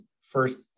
first